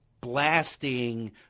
blasting